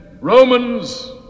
Romans